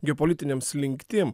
geopolitinėm slinktim